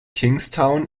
kingstown